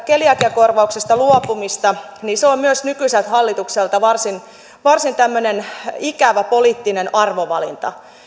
keliakiakorvauksesta luopumista niin se on myös nykyiseltä hallitukselta varsin ikävä tämmöinen poliittinen arvovalinta